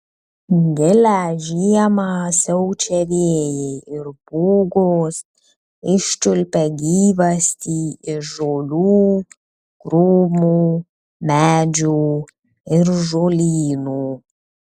gilią žiemą siaučią vėjai ir pūgos iščiulpia gyvastį iš žolių krūmų medžių ir žolynų